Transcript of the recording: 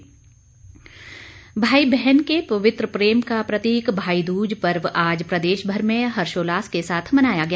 भाई दूज भाई बहन के पवित्र प्रेम का प्रतीक भाई दूज पर्व आज प्रदेशभर में हर्षोल्लास के साथ मनाया गया